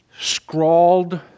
scrawled